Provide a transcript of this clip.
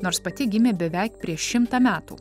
nors pati gimė beveik prieš šimtą metų